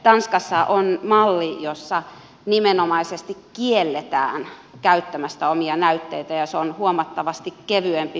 tanskassa on malli jossa nimenomaisesti kielletään käyttämästä omia näytteitä ja se on huomattavasti kevyempi byrokraattisesti